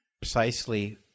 precisely